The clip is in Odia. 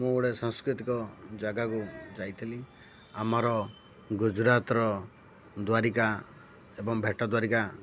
ମୁଁ ଗୋଟେ ସାଂସ୍କୃତିକ ଜାଗାକୁ ଯାଇଥିଲି ଆମର ଗୁଜୁରାତ୍ର ଦ୍ୱାରିକା ଏବଂ ଭେଟ ଦ୍ଵାରିକା